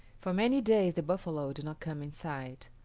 for many days the buffalo did not come in sight,